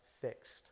fixed